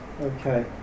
Okay